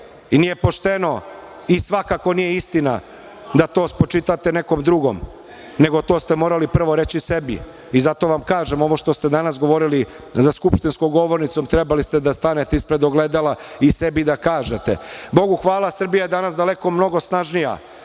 i nije pošteno i svakako nije istina da to spočitate nekom drugom, nego ste to morali reći prvo sebi i zato vam kažem, ovo što ste danas govorili za skupštinskom govornicom trebali ste da stanete ispred ogledala i sebi da kažete. Bogu hvala, Srbija je danas daleko snažnija,